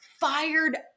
fired